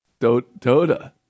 Dota